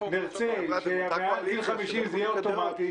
נרצה שמעל גיל 50 זה יהיה אוטומטי,